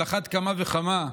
על אחת כמה וכמה,